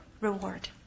reward